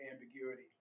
ambiguity